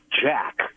Jack